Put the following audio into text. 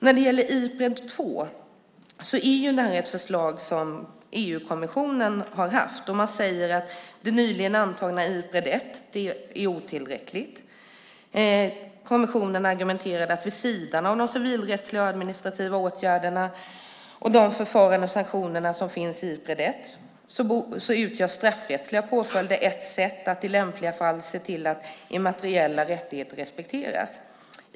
När det gäller Ipred 2 är det ett förslag som EU-kommissionen har haft. Man säger att det nyligen antagna Ipred 1 är otillräckligt. Kommissionen framför argumentet att vid sidan av de civilrättsliga åtgärderna och de förfaranden och sanktioner som finns i Ipred 1 är straffrättsliga påföljder ett sätt att i lämpliga fall se till att immateriella rättigheter respekteras.